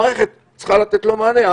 המערכת צריכה לתת לו מענה.